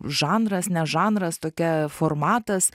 žanras ne žanras tokia formatas